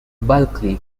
bulkley